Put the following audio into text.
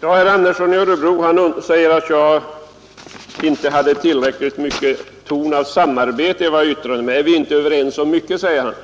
Herr talman! Herr Andersson i Örebro sade att det inte fanns tillräckligt mycket av samarbete i vad jag yttrade. Är vi inte överens om mycket? frågade han.